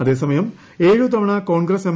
അതേസമയം ഏഴു തവണ കോൺഗ്രസ് എം